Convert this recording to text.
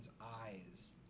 eyes